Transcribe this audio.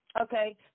okay